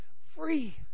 free